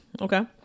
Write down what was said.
Okay